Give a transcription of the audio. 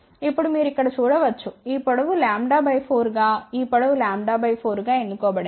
ఇప్పుడు మీరు ఇక్కడ చూడ వచ్చు ఈ పొడవు λ 4 గా ఈ పొడవు λ 4 గా ఎన్నుకోబడింది